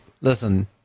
listen